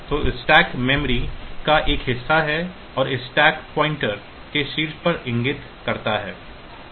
तो stack memory का एक हिस्सा है और स्टैक पॉइंटर स्टैक के शीर्ष पर इंगित करता है